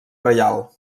reial